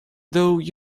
though